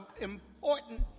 important